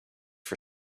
for